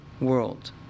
world